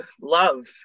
love